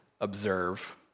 observe